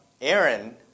Aaron